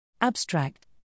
Abstract